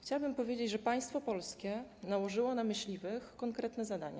Chciałabym powiedzieć, że państwo polskie nałożyło na myśliwych konkretne zadania.